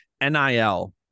NIL